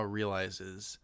realizes